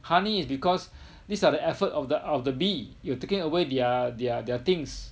honey is because these are the effort of the of the bee you taking away their their their things